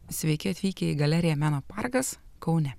sveiki atvykę į galeriją meno parkas kaune